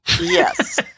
Yes